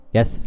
Yes